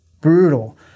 brutal